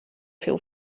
seu